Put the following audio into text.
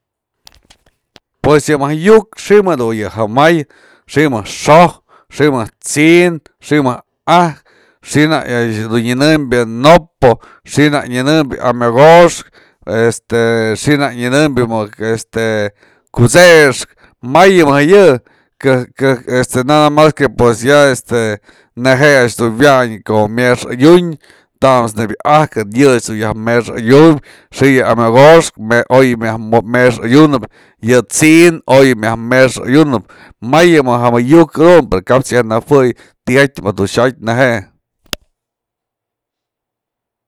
Pues yë mëjk yu'uk xi'i mëjk dun jëmay xë mëjk xo'ojë, xë mëjk t'sin, xë mëjk ajkë, xë nak dun nyënëmbë nopo, xë yënëmbë amyokoxkë, este xë nak nyënëmbë este kut'sexkë, may mëjk yë, kej- kej este nada es que ya este pues neje'e a'ax dun wyan ko a'ax dun myexë adyun, tamët's neybë yë ajkën, yë a'ax dun yaj mexë adyum, xi'i yë amyokoxkë oy yë myaj mexë adyunëp, yë t'si'in yë myaj mexë adyunëp, may ja mëjk yu'uk jadun pero kaps yaj nëjuey ti'i jatyë mëjk dun xyatë neje'e.